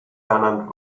pennant